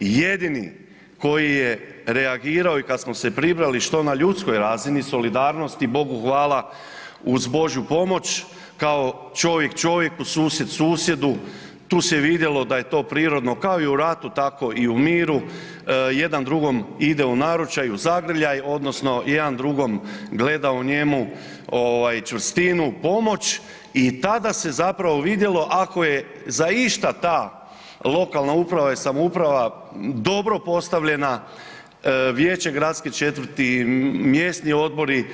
I jedini koji je reagirao i kad smo se pribrali što na ljudskoj razini solidarnosti, Bogu hvala, uz božju pomoć kao čovjek čovjeku, susjed susjedu, tu se vidjelo da je to prirodno, kao i u ratu tako i u miru, jedan drugom ide u naručaj, u zagrljaj odnosno jedan drugom gleda u njemu ovaj čvrstinu, pomoć i tada se zapravo vidjelo ako je za išta ta lokalna uprava i samouprava dobro postavljena, vijeće gradske četvrti, mjesni odbori,